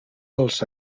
els